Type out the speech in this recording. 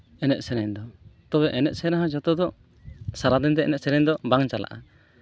ᱮᱱᱮᱡ ᱥᱮᱨᱮᱧ ᱫᱚ ᱛᱚᱵᱮ ᱮᱱᱮᱡ ᱥᱮᱨᱮᱧ ᱫᱚ ᱡᱷᱚᱛᱚ ᱫᱚ ᱥᱟᱨᱟᱫᱤᱱ ᱫᱚ ᱮᱱᱮᱡ ᱥᱮᱨᱮᱧ ᱫᱚ ᱵᱟᱝ ᱪᱟᱞᱟᱜᱼᱟ